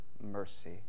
mercy